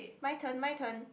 my turn my turn